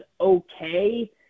okay